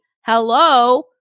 hello